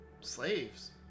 slaves